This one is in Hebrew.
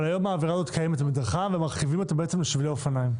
אבל היום העבירה הזאת קיימת במדרכה ומרחיבים אותה בעצם לשבילי אופניים.